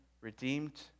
redeemed